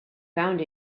found